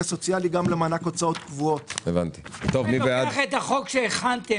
אני מתכבד לפתוח את הישיבה.